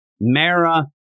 mara